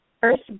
first